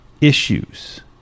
issues